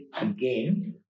again